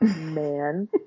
man